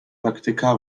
praktyka